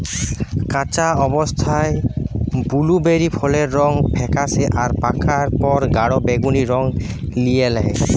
কাঁচা অবস্থায় বুলুবেরি ফলের রং ফেকাশে আর পাকার পর গাঢ় বেগুনী রং লিয়ে ল্যায়